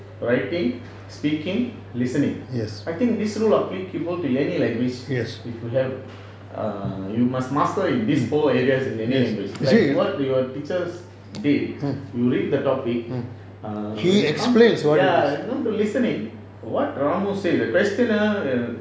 writing speaking listening I think this rule applicable to any language if you have err you must master in this four areas in any language like what your teachers did you read the topic err listening what ramo say the question ah